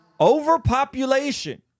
Overpopulation